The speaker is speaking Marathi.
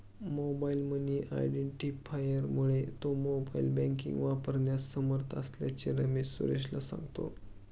मोबाईल मनी आयडेंटिफायरमुळे तो मोबाईल बँकिंग वापरण्यास समर्थ असल्याचे रमेश सुरेशला सांगतो